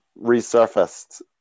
resurfaced